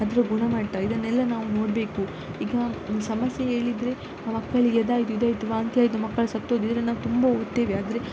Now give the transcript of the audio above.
ಅದರ ಗುಣಮಟ್ಟ ಇದನ್ನೆಲ್ಲ ನಾವು ನೋಡಬೇಕು ಈಗ ಸಮಸ್ಯೆ ಹೇಳಿದ್ರೆ ಆ ಮಕ್ಕಳಿಗೆ ಅದಾಯಿತು ಇದಾಯಿತು ವಾಂತಿ ಆಯಿತು ಮಕ್ಕಳು ಸತ್ತೋದರು ಇದನ್ನೆಲ್ಲ ನಾವು ತುಂಬ ಓದ್ತೇವೆ ಆದರೆ